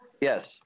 Yes